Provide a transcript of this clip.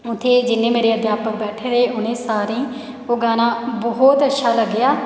उत्थै जिन्ने बी मेरे अध्यापक बैठे दे हे उ'नें सारें गी ओह् गाना बहुत अच्छा लग्गेआ